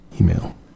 email